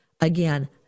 Again